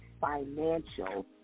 financial